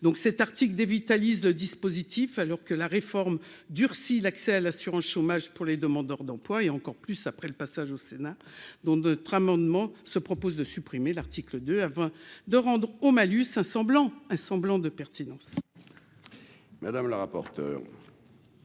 donc cet article, le dispositif alors que la réforme durcit l'accès à l'assurance chômage pour les demandeurs d'emploi et encore plus après le passage au Sénat, dont de très amendement se propose de supprimer l'article de avant de rendre au malus un semblant un semblant de pertinence. Madame la rapporteure.